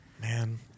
Man